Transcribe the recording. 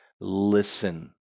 listen